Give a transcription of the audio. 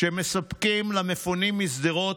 ומספקים למפונים משדרות,